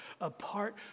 apart